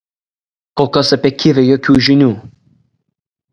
kol kas apie kivę jokių žinių